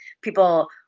people